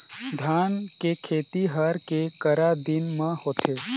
धान के खेती हर के करा दिन म होथे?